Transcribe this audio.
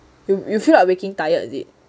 you you feel like waking tired is it